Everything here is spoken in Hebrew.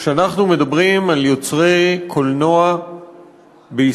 כשאנחנו מדברים על יוצרי קולנוע בישראל,